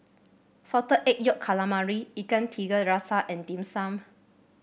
Salted Egg Yolk Calamari Ikan Tiga Rasa and Dim Sum